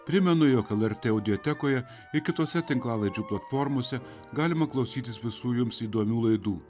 primenu jog lrt audiotekoje i kitose tinklalaidžių platformose galima klausytis visų jums įdomių laidų